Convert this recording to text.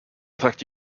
affect